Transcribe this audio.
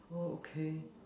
okay